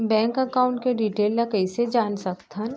Bank account के detail ल कइसे जान सकथन?